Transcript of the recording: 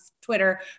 Twitter